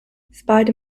spider